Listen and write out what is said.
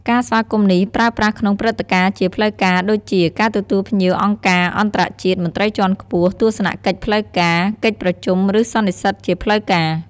ការស្វាគមន៍នេះប្រើប្រាស់ក្នុងព្រឹត្តិការណ៍ជាផ្លូវការដូចជា ការទទួលភ្ញៀវអង្គការអន្តរជាតិ មន្ត្រីជាន់ខ្ពស់ ទស្សនកិច្ចផ្លូវការ កិច្ចប្រជុំឬសន្និសីទជាផ្លូវការ។